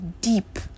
deep